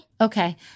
Okay